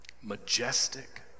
majestic